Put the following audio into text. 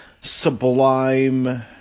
sublime